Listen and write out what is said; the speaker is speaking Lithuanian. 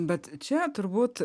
bet čia turbūt